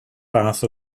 fath